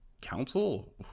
council